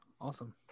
Awesome